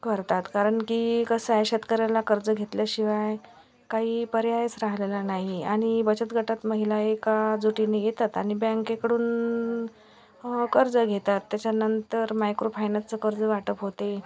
करतात कारण की कसं आहे शेतकऱ्याला कर्ज घेतल्याशिवाय काही पर्यायच राहलेला नाही आहे आणि बचत गटातनं महिला एकजुटीने येतात आणि बँकेकडून कर्ज घेतात त्याच्यानंतर मायक्रो फायनान्सचं कर्ज वाटप होतंय